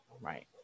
right